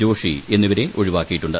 ജോഷി എന്നിവരെ ഒഴിവാക്കിയിട്ടുണ്ട്